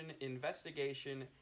investigation